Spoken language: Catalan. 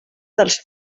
dels